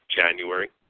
January